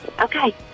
Okay